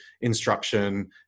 instruction